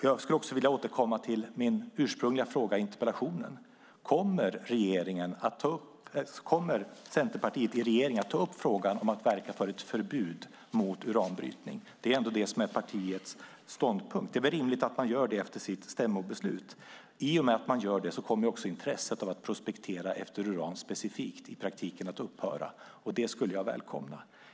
Jag skulle också vilja återkomma till min ursprungliga fråga i interpellationen: Kommer Centerpartiet i regeringen att ta upp frågan om att verka för ett förbud mot uranbrytning? Det är ändå det som är partiets ståndpunkt. Det är väl rimligt att man gör det efter sitt stämmobeslut. I och med att man gör det kommer också intresset av att prospektera efter specifikt uran i praktiken att upphöra, och det skulle jag välkomna.